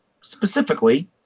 specifically